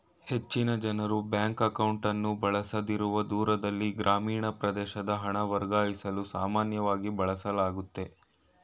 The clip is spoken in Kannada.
ಹೆಚ್ಚಿನ ಜನ್ರು ಬ್ಯಾಂಕ್ ಅಕೌಂಟ್ಅನ್ನು ಬಳಸದಿರುವ ದೂರದಲ್ಲಿ ಗ್ರಾಮೀಣ ಪ್ರದೇಶದ ಹಣ ವರ್ಗಾಯಿಸಲು ಸಾಮಾನ್ಯವಾಗಿ ಬಳಸಲಾಗುತ್ತೆ